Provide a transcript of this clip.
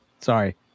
Sorry